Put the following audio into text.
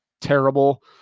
Terrible